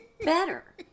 better